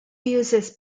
uses